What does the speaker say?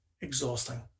exhausting